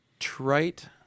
trite